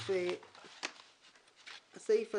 הסעיף הזה,